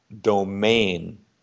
domain